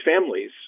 families